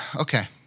Okay